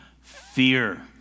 fear